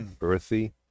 earthy